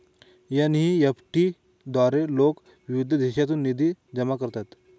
NEFT द्वारे लोक विविध देशांतून निधी जमा करतात